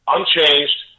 Unchanged